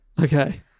Okay